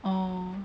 orh